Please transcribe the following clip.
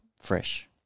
fresh